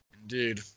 Indeed